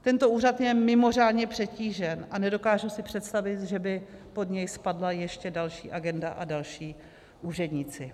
Tento úřad je mimořádně přetížen a nedokážu si představit, že by pod něj spadla ještě další agenda a další úředníci.